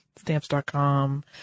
stamps.com